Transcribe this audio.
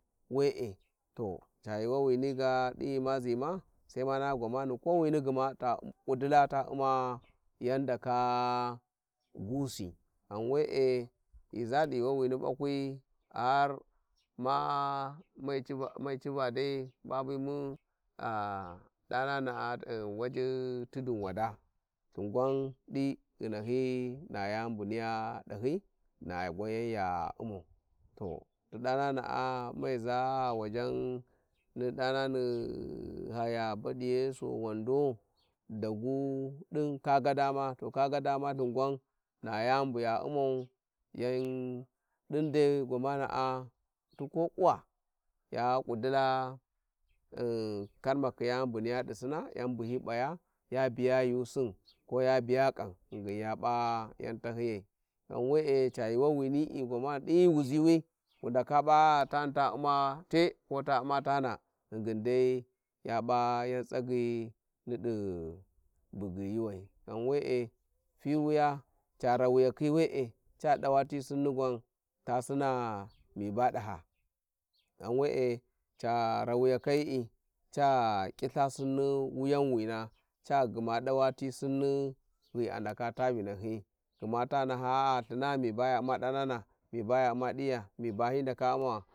﻿Wee to ca yuuwawini ga din ghi ma zima sai ma haha gwamana kowini gma tau kudula ta u`ma yan ndaka gusi ghan we`e ghi za di yuuwawina bakwi har ma mai civa - mai civa dai ma bimu-ah-danana`a di waji Tudun wada Ithin grwan di ghi nanyi na yani buniya danyi na gwan yan ya u`mau to danang a mai za wajen ni ni danani Haya, Badiyeso, Wando Dagu din kagadama, to kagadama a Ithin gwan na yani buya u`mau yan din dai qwamanaa ti ko kuwa ya kudula di karmakni yani buniya di sina yan buhi p`aya ya biya yuusin ko ya biya kam ghan ghingiri ya pia yan tahiyiyai, ghan we`e yuuwawim din ghi ziwi wu ndaka p`a tani ta u `ma te ta u`ma tana ghingin dai ya p`a yan tsagy'" Aidi bugyi yuuwar ghanwee Fiwiya ca rawiyakhi hiniza dawa tisiniza gwan tå sina miba daha ghan we`e ca rawiyakayili ca kiltha sinini wuyawina Ca gma dawa ti sinni ghi ndaka ta vinahyi gma ta naha a-a lhhirigna miba ya u'ma dana ha miba ya u`ma diyya, miba hi ndaka u`mawa.